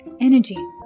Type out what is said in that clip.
energy